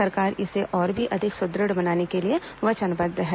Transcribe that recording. सरकार इसे और भी अधिक सुदृढ़ बनाने के लिए वचनबद्ध है